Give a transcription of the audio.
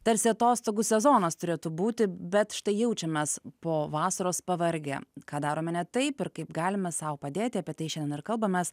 tarsi atostogų sezonas turėtų būti bet štai jaučiamės po vasaros pavargę ką darome ne taip ir kaip galime sau padėti apie tai šiandien ir kalbamės